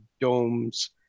domes